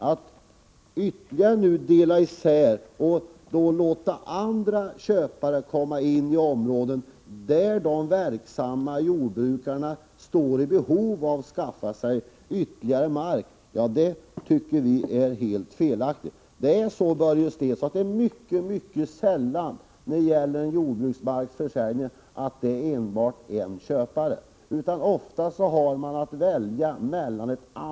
Att nu ytterligare dela marken och låta andra köpare komma in i områden där de verksamma jordbrukarna är i behov av att skaffa sig ytterligare mark tycker vi är helt felaktigt. Börje Stensson, det är mycket sällan det finns enbart en köpare vid försäljning av jordbruksmark, utan ofta finns det ett antal köpare att välja mellan.